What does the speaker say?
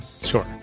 sure